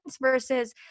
versus